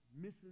misses